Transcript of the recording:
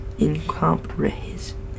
Incomprehensible